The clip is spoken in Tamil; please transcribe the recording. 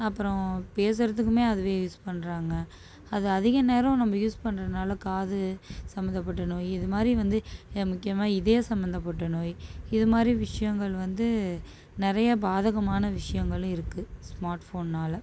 அப்புறம் பேசுறதுக்குமே அதுவே யூஸ் பண்ணுறாங்க அது அதிக நேரம் நம்ப யூஸ் பண்ணுறதுனால காது சம்பந்தபட்ட நோய் இது மாரி வந்து முக்கியமாக இதய சம்பந்தபட்ட நோய் இது மாரி விஷயங்கள் வந்து நிறையா பாதகமான விஷயங்களும் இருக்கு ஸ்மார்ட் ஃபோன்னால